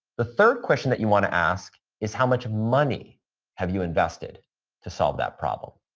the third question that you want to ask is how much money have you invested to solve that problem?